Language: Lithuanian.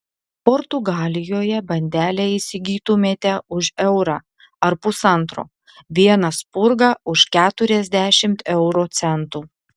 portugalijoje bandelę įsigytumėte už eurą ar pusantro vieną spurgą už keturiasdešimt euro centų